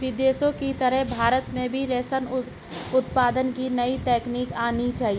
विदेशों की तरह भारत में भी रेशम उत्पादन की नई तकनीक आनी चाहिए